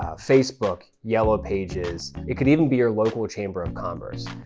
ah facebook, yellow pages, it could even be your local chamber of commerce.